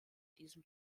diesem